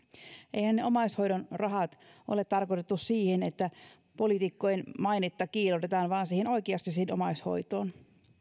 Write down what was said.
eihän niitä omaishoidon rahoja ole tarkoitettu siihen että poliitikkojen mainetta kiillotetaan vaan oikeasti siihen omaishoitoon